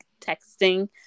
texting